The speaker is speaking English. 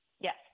Yes